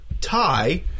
tie